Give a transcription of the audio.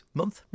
month